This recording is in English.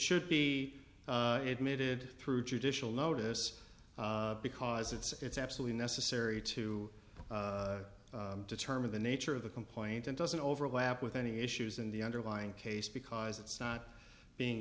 should be admitted through judicial notice because it's absolutely necessary to determine the nature of the complaint and doesn't overlap with any issues in the underlying case because it's not being